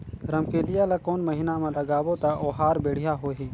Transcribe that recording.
रमकेलिया ला कोन महीना मा लगाबो ता ओहार बेडिया होही?